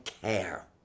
care